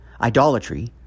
idolatry